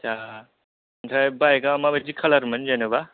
आटसा ओमफ्राय बाइका माबादि खालारमोन जेनोबा